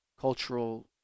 cultural